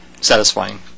satisfying